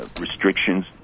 restrictions